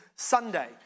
Sunday